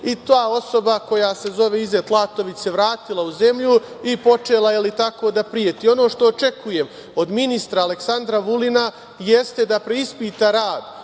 i ta osoba koja se zove Izet Latović se vratila u zemlju i počela je da preti. Ono što očekujem od ministra Aleksandra Vulina jeste da preispita rad